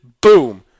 boom